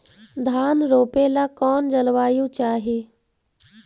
धान रोप ला कौन जलवायु चाही?